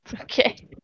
Okay